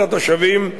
ככל שניתן.